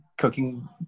cooking